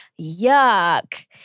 Yuck